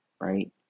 right